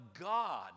God